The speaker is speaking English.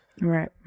right